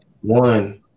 One